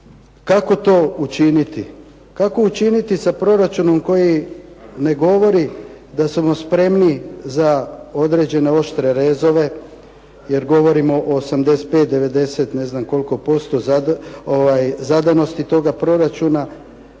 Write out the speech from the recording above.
Kako to učiniti? Kako učiniti sa proračunom koji ne govori da smo spremni za određene oštre rezove jer govorimo o 85, 90% zadanosti toga proračuna,